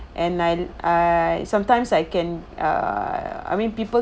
and I I sometimes I can uh I mean people